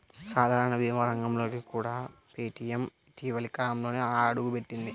సాధారణ భీమా రంగంలోకి కూడా పేటీఎం ఇటీవలి కాలంలోనే అడుగుపెట్టింది